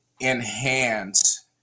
enhance